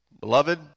Beloved